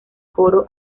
coro